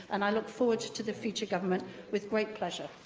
and i look forward to the future government with great pleasure.